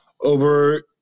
Over